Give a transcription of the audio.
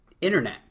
internet